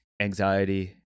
anxiety